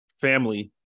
family